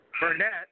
Burnett